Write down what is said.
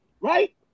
right